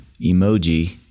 emoji